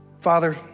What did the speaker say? Father